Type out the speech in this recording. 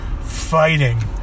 fighting